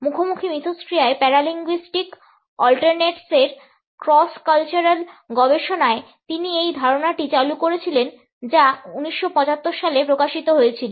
মুখোমুখি মিথষ্ক্রিয়ায় paralinguistic 'alternates' এর ক্রস কালচারাল গবেষণায় তিনি এই ধারণাটি চালু করেছিলেন যা 1975 সালে প্রকাশিত হয়েছিল